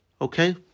okay